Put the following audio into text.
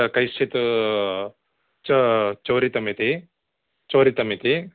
कैश्चित् चोरितम् इति चोरितम् इति